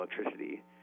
electricity